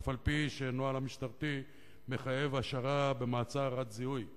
אף-על-פי שהנוהל המשטרתי מחייב השארה במעצר עד זיהוי.